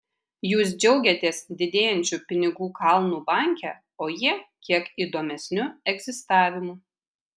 jūs džiaugiatės didėjančiu pinigų kalnu banke o jie kiek įdomesniu egzistavimu